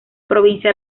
provincia